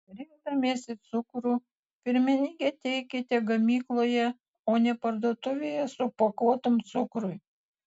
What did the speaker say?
rinkdamiesi cukrų pirmenybę teikite gamykloje o ne parduotuvėje supakuotam cukrui